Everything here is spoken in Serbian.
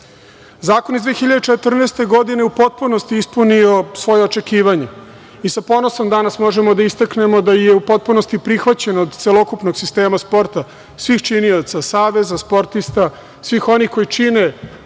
iz 2014. godine u potpunosti je ispunio svoja očekivanja i sa ponosom danas možemo da istaknemo da je u potpunosti prihvaćen od celokupnog sistema sporta svih činioca Saveza sportista, svih onih koji čine